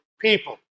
people